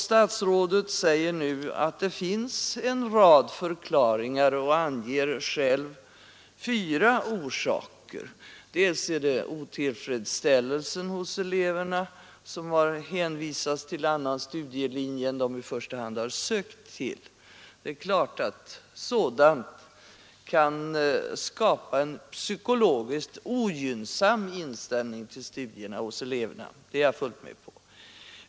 Statsrådet säger nu att det finns en rad förklaringar, och han anger själv fyra orsaker. Den första orsaken är otillfredsställelsen hos de elever som har hänvisats till annan studielinje än den de i första hand har sökt till. Det är klart att sådan otillfredsställelse kan skapa en psykologiskt ogynnsam inställning till studierna hos eleverna, det är jag fullt på det klara med.